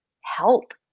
help